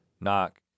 knock